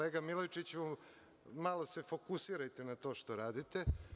Kolega Milojičiću, malo se fokusirajte na to što radite.